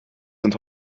sind